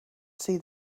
see